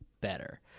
better